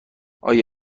آیا